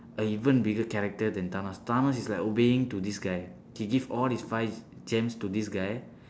a even bigger character then thanos thanos is like obeying to this guy he give all his five gems to this guy